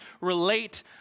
relate